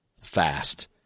fast